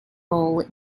role